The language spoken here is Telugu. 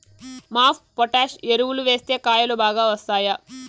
మాప్ పొటాష్ ఎరువులు వేస్తే కాయలు బాగా వస్తాయా?